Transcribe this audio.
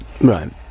right